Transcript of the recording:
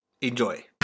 Enjoy